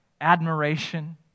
admiration